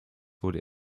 wurde